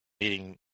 meeting